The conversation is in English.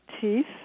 teeth